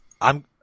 I'm-